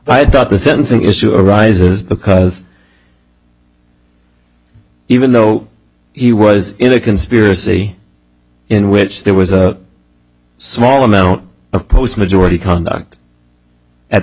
doubt the sentencing issue arises because even though he was in a conspiracy in which there was a small amount of post majority conduct at